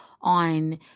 on